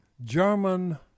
German